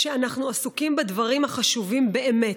כשאנחנו עסוקים בדברים החשובים באמת,